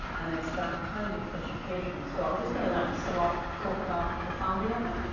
and it's that kind of education. so i'm just gonna let salah talk about the founding of it.